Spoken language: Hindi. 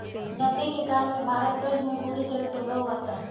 नब्बे के काल में भारत कर्ज में बुरी तरह डूबा हुआ था